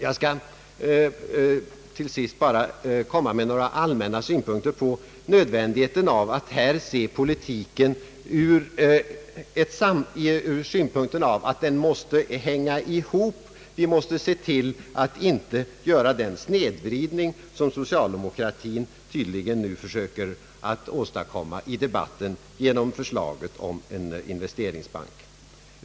Jag skall till sist bara komma med några allmänna synpunkter på nödvändigheten av att här se politiken ur aspekten att den måste hänga ihop. Vi får inte göra den snedvridning som socialdemokratin nu tydligen försöker åstadkomma i debatten genom förslaget om en investeringsbank.